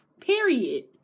Period